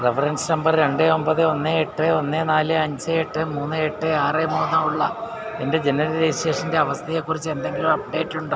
reference number രണ്ട് ഒമ്പത് ഒന്ന് എട്ട് ഒന്ന് നാല് അഞ്ച് എട്ട് മൂന്ന് എട്ട് ആറ് മൂന്ന് ഉള്ള എൻ്റെ ജനന രജിസ്ട്രേഷൻ്റെ അവസ്ഥയെക്കുറിച്ച് എന്തെങ്കിലും അപ്ഡേറ്റ് ഉണ്ടോ